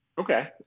Okay